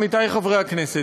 עמיתי חברי הכנסת,